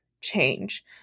change